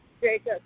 Jacob